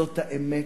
זאת האמת.